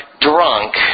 drunk